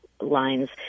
Lines